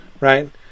right